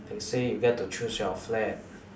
they say you get to choose your flat